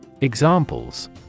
Examples